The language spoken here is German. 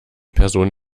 person